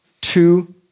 two